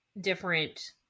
different